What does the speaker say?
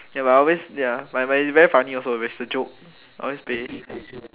K lah I always ya but he very funny also he's a joke always play